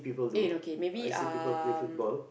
eh no kay maybe um